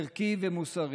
ערכי ומוסרי,